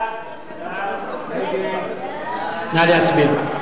נא להצביע.